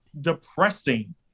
depressing